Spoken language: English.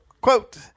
quote